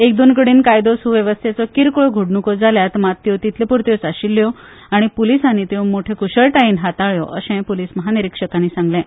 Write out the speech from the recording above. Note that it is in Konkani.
एक दोन कडेन कायदो सुवेवस्थेचो किरकोळ घडणुको जाल्यात मात त्यो तितले पुरत्योच आशिल्ल्यो आनी पुलिसांनी त्यो व्हड कुशळटायेन हाताळळयो अशेंय पुलीस म्हानिरक्षकान सांगलें